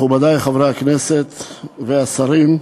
מכובדי חברי הכנסת והשרים,